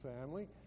family